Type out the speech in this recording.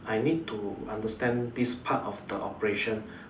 I need to understand this part of the operation